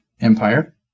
Empire